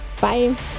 Bye